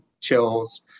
chills